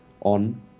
on